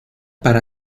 para